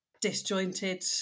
disjointed